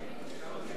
בעד, 45, נגד,